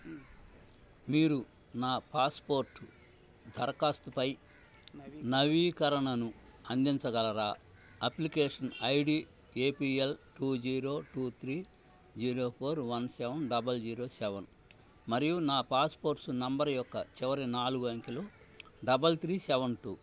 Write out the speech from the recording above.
మీరు నా పాస్పోర్ట్ దరఖాస్తుపై నవీకరణను అందించగలరా application I D A P L two zero two three zero four one seven double zero seven మరియు నా పాస్పోర్ట్ నంబర్ యొక్క చివరి నాలుగు అంకెలు డబల్ త్రీ సెవెన్ టూ